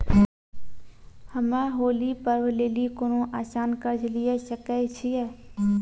हम्मय होली पर्व लेली कोनो आसान कर्ज लिये सकय छियै?